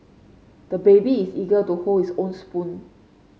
the baby is eager to hold his own spoon